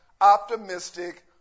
optimistic